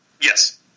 yes